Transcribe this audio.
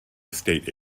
estate